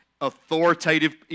authoritative